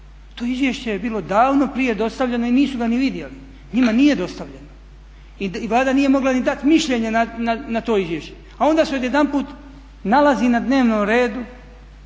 To izvješće je bilo davno prije dostavljeno i nisu ga ni vidjeli. Njima nije dostavljeno i Vlada nije mogla ni dati mišljenje na to izvješće. A onda su odjedanput nalazi na dnevnom redu